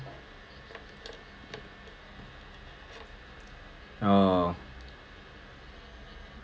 oh